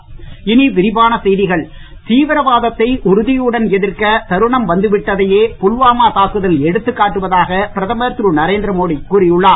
மோடி தீவிரவாதத்தை உறுதியுடன் எதிர்க்க தருணம் வந்துவிட்டதையே புல்வாமா தாக்குதல் எடுத்துக் காட்டுவதாக பிரதமர் திரு நரேந்திரமோடி கூறி உள்ளார்